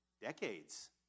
decades